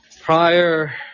prior